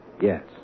yes